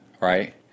right